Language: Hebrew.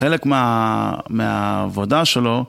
חלק מהעבודה שלו